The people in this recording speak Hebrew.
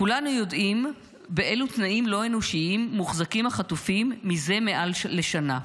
כולנו יודעים באילו תנאים לא אנושיים מוחזקים החטופים זה מעל לשנה.